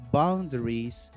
boundaries